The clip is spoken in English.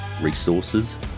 resources